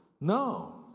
no